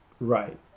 Right